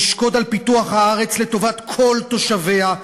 תשקוד על פיתוח הארץ לטובת כל תושביה,